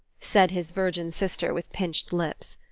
said his virgin sister with pinched lips.